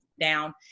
down